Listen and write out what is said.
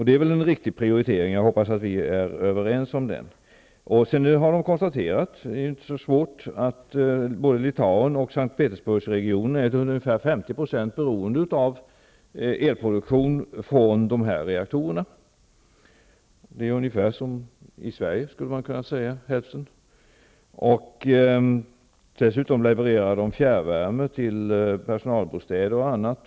Det är väl en riktig prioritering, och jag hoppas att vi är överens om den. Sedan har man där konstaterat -- vilket inte är så svårt -- att både Litauen och S:t Petersburgsregionen till ungefär 50 % är beroende av elproduktion i dessa reaktorer. Det är ungefär på samma sätt i Sverige, dvs. hälften. Dessutom levererar de fjärrvärme till personalbostäder och annat.